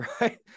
right